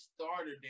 starter